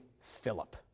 Philip